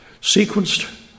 sequenced